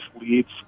leads